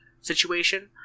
situation